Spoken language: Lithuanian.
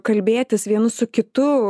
kalbėtis vienu su kitu